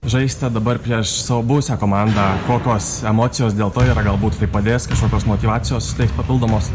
žaisite dabar prieš savo buvusią komandą kokios emocijos dėl to yra galbūt tai padės kažkokios motyvacijos suteiks papildomos